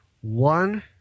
one